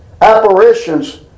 apparitions